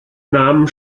namen